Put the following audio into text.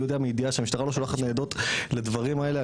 אני יודע מידיעה שהמשטרה לא שולחת ניידות לדברים האלה,